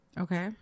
okay